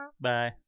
Bye